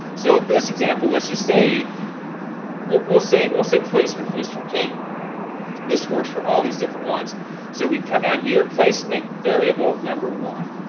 so for this example, let's just say we'll say well sick placement for this one came and this works for all these different ones so we come down here placement variable number one.